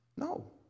No